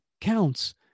counts